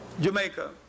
Jamaica